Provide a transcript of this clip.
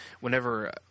whenever –